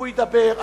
הוא ידבר,